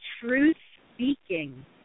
truth-speaking